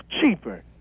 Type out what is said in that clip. cheaper